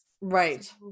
right